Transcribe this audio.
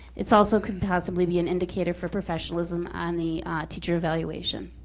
it also could possibly be an indicator for professionalism on the teacher evaluation,